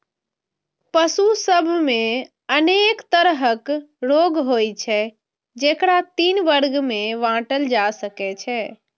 पशु सभ मे अनेक तरहक रोग होइ छै, जेकरा तीन वर्ग मे बांटल जा सकै छै